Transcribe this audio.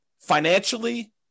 financially